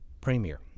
premier